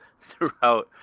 throughout